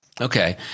Okay